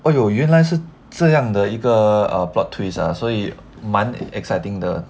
!aiyo! 原来是这样的一个 or plot twist ah 所以蛮 exciting 的